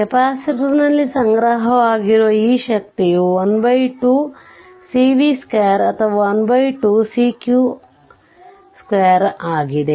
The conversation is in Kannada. ಕೆಪಾಸಿಟರ್ನಲ್ಲಿ ಸಂಗ್ರಹವಾಗಿರುವ ಈ ಶಕ್ತಿಯು 12 cv 2 ಅಥವಾ 12 c q 2 ಆಗಿದೆ